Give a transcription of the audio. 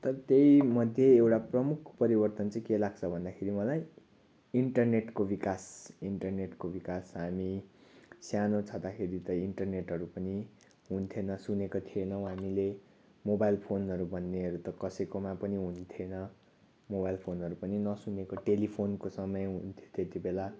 त त्यहीमध्ये एउटा प्रमुख परिवर्तन चाहिँ के लाग्छ भन्दाखेरि मलाई इन्टरनेटको विकास इन्टरनेटको विकास हामी सानो छँदाखेरि त इन्टरनेटहरू पनि हुन्थेन सुनेका थिएनौँ हामीले मोबाइल फोनहरू भन्नेहरू त कसैकोमा पनि हुन्थेन मोबाइल फोनहरू पनि नसुनेको टेलिफोनको समय हुन्थ्यो त्यतिबेला